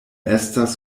estas